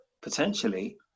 potentially